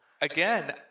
again